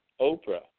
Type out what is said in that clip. Oprah